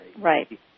Right